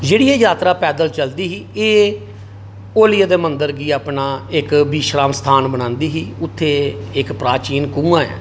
जेह्ड़ियां यात्रा पैदल चलदी ही एह् ओलिये दे मंदर गी अपना इक विश्राम स्थान बनांदी ही ते इक प्राचीन कुआं ऐ